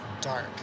dark